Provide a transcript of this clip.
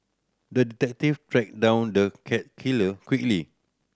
the detective tracked down the cat killer quickly